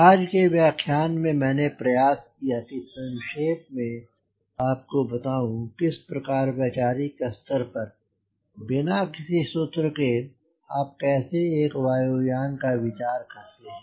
आज के व्याख्यान में मैंने प्रयास किया कि संक्षेप में आपको बतलाऊँ किस प्रकार वैचारिक स्तर पर बिना किसी सूत्र केआप कैसे एक वायु यान का विचार करते हैं